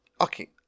okay